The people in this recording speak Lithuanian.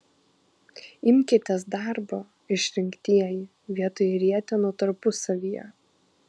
imkitės darbo išrinktieji vietoj rietenų tarpusavyje